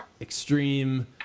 extreme